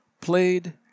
played